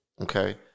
Okay